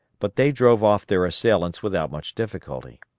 but they drove off their assailants without much difficulty.